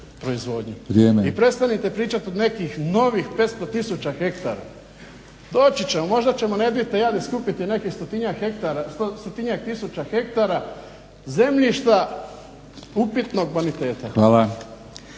I prestanite pričati o nekih novih 500 tisuća hektara. Doći ćemo, možda ćemo na jedvite jade skupiti nekih stotinjak tisuća hektara zemljišta upitnog boniteta.